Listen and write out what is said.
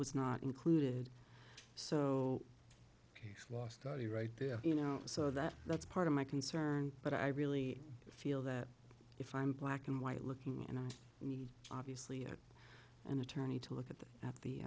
was not included so he's lost any right there you know so that that's part of my concern but i really feel that if i'm black and white looking and obviously an attorney to look at the at the